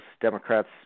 Democrats